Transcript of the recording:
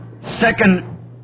second